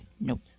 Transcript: Nope